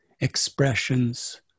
expressions